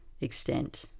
extent